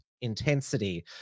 intensity